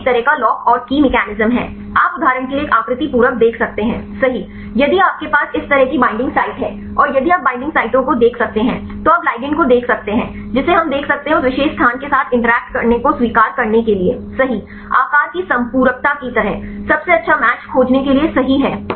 यह एक तरह का लॉक और की मैकेनिज्म है आप उदाहरण के लिए एक आकृति पूरक देख सकते हैं सही यदि आपके पास इस तरह की बईंडिंग साइट है और यदि आप बाइंडिंग साइटों को देख सकते हैं तो आप लिगंड को देख सकते हैं जिसे हम देख सकते हैं उस विशेष स्थान के साथ इंटरैक्ट करने को स्वीकार करने के लिए सही आकार की संपूरकता की तरह सबसे अच्छा मैच खोजने के लिए सही है